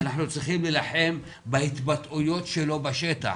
אנחנו צריכים להילחם בהתבטאויות שלו בשטח,